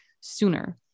sooner